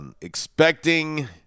expecting